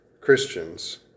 Christians